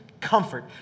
comfort